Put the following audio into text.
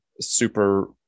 super